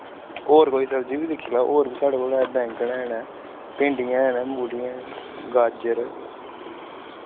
और कोई सब्जी वी दिक्खी लाओ और वी साढ़े कोल ऐ बैंगन है न भिंडियां है न मूलियां है न गाजर